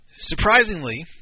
Surprisingly